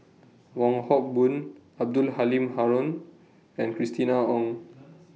Wong Hock Boon Abdul Halim Haron and Christina Ong